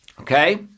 Okay